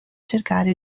cercare